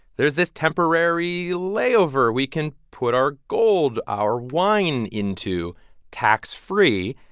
there's this temporary layover we can put our gold, our wine into tax-free.